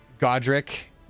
godric